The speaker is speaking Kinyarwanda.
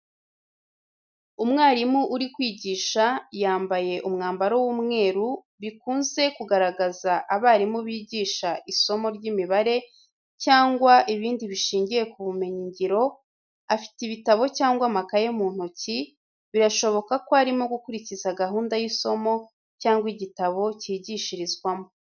Umwarimu uri kwigisha yambaye umwambaro w'umweru, bikunze kugaragaza abarimu bigisha isomo ry’imibare, icyangwa ibindi bishingiye ku bumenyi-ngiro afite ibitabo cyangwa amakayi mu ntoki, birashoboka ko arimo gukurikiza gahunda y’isomo cyangwa igitabo cyigishirizwamo.